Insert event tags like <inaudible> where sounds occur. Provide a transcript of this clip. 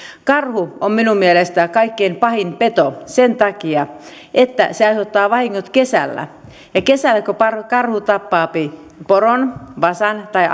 karhu on minun mielestäni kaikkein pahin peto sen takia että se aiheuttaa vahingot kesällä kesällä kun karhu karhu tappaa poron vasan tai <unintelligible>